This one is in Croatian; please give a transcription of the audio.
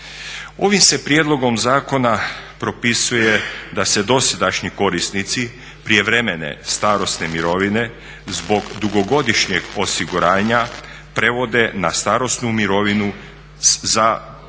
Ovim se prijedlogom zakona propisuje da se dosadašnji korisnici prijevremene starosne mirovine zbog dugogodišnjeg osiguranja prevode na starosnu mirovinu za